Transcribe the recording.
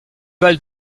val